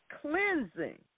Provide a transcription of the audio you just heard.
Cleansing